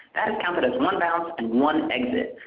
that is counted as one bounce and one exit.